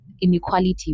inequality